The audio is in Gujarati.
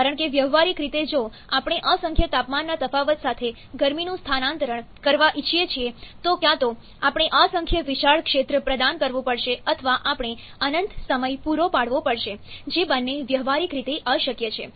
કારણ કે વ્યવહારીક રીતે જો આપણે અસંખ્ય તાપમાનના તફાવત સાથે ગરમીનું સ્થાનાંતરણ કરવા ઈચ્છીએ છીએ તો કાં તો તમારે અસંખ્ય વિશાળ ક્ષેત્ર પ્રદાન કરવું પડશે અથવા આપણે અનંત સમય પૂરો પાડવો પડશે જે બંને વ્યવહારીક રીતે અશક્ય છે